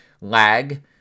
lag